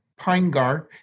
Pinegar